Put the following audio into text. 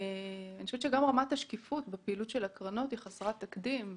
אני חושבת שגם רמת השקיפות בפעילות של הקרנות היא חסרת תקדים.